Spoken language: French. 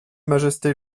majesté